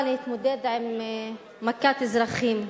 באה להתמודד עם מכת אזרחים,